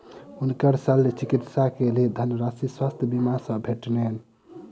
हुनकर शल्य चिकित्सा के लेल धनराशि स्वास्थ्य बीमा से भेटलैन